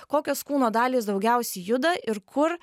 kokios kūno dalys daugiausiai juda ir kur